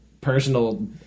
personal